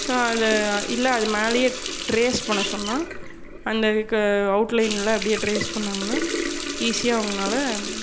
so அதை இல்லை அது மேலேயே டிரேஸ் பண்ண சொன்னால் அந்த இதுக்கு அவுட்லைனில் அப்படியே டிரேஸ் பண்ணிணாங்கனா ஈஸியாக அவங்கனால